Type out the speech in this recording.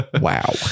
Wow